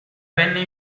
venne